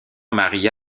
marie